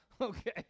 Okay